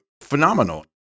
phenomenal